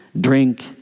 drink